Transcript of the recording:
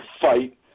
fight